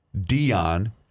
Dion